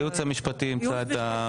הייעוץ המשפטי ימצא את הפתרון.